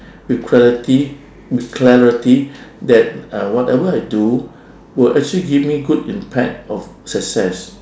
with clarity with clarity that uh whatever I do would actually give me good impact of success